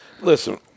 listen